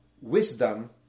wisdom